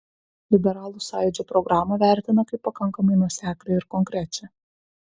liberalų sąjūdžio programą vertina kaip pakankamai nuoseklią ir konkrečią